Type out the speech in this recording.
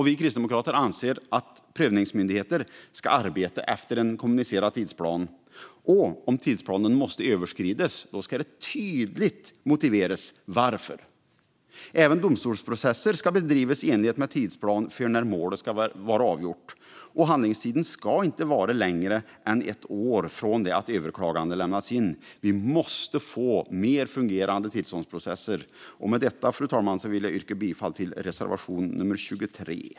Vi kristdemokrater anser att prövningsmyndigheter ska arbeta efter en kommunicerad tidsplan, och om tidsplanen måste överskridas ska det tydligt motiveras varför. Även domstolsprocesser ska bedrivas i enlighet med tidsplan för när målet ska vara avgjort, och handläggningstiden ska inte vara längre än ett år från det att överklagandet lämnades in. Vi måste få mer fungerande tillståndsprocesser. Fru talman! Med detta vill jag yrka bifall till reservation nummer 23.